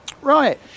Right